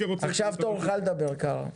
עכשיו תורך לדבר, קארה.